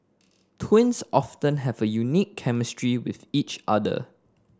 twins often have a unique chemistry with each other